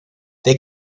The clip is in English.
they